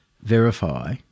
verify